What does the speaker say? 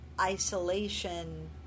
isolation